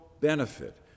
benefit